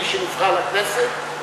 מי שנבחר לכנסת,